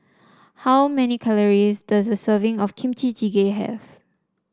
how many calories does a serving of Kimchi Jjigae have